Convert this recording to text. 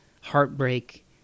heartbreak